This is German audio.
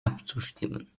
abzustimmen